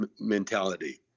mentality